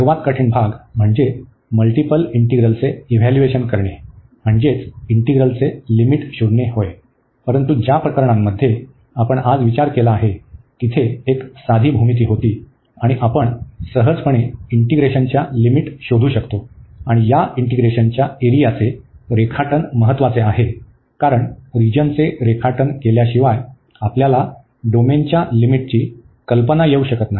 सर्वात कठीण भाग म्हणजे मल्टीपल इंटिग्रलचे इव्हाल्युएशन करणे म्हणजेच इंटिग्रलचे लिमिट शोधणे होय परंतु ज्या प्रकरणांमध्ये आपण आज विचार केला आहे तिथे एक साधी भूमिती होती आणि आपण सहजपणे इंटीग्रेशनच्या लिमिट शोधू शकतो आणि या इंटीग्रेशनच्या एरियाचे रेखाटन महत्वाचे आहे कारण रिजनचे रेखाटन केल्याशिवाय आपल्याला डोमेनच्या लिमिटची कल्पना येऊ शकत नाही